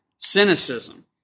cynicism